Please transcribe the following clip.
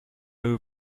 new